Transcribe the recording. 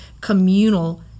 communal